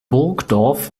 burgdorf